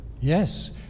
Yes